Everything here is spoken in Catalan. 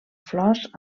flors